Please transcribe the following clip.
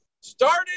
started